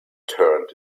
turned